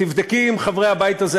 תבדקי עם חברי הבית הזה,